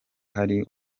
hari